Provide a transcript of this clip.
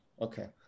Okay